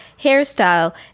hairstyle